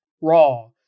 Raw